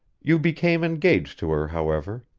you became engaged to her, however.